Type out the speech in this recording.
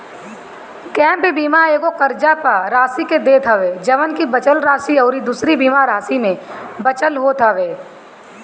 gap बीमा एगो कर्जा पअ राशि के देत हवे जवन की बचल राशि अउरी दूसरी बीमा राशि में बचल होत हवे